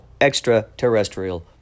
extraterrestrial